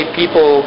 people